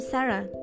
Sarah